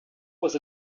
was